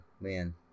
Man